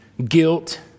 guilt